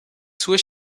sue